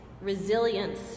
resilience